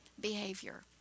behavior